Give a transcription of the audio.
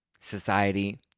society